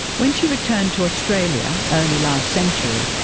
when she returned to australia early last century,